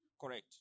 Correct